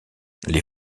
les